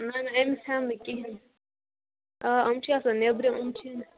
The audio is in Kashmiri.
نہَ نہَ أمِس ہٮ۪مہٕ نہٕ کِہیٖنٛۍ آ یِم چھِ آسان نٮ۪برِم یِم چھِی نہٕ